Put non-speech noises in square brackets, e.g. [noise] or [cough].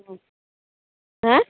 [unintelligible]